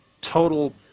total